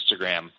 Instagram